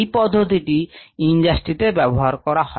এই পদ্ধতিটি ইন্ডাস্ট্রিতে ব্যবহার করা হয়